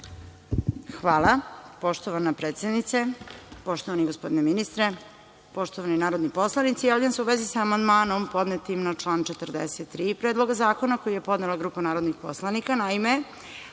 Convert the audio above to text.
Hvala. Poštovana predsednike, poštovani gospodine ministre, poštovani narodni poslanici, javljam se u vezi sa amandmanom podnetim na član 43. Predloga zakona, koji je podnela grupa narodnih poslanika. Naime,